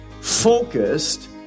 focused